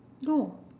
no